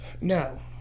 No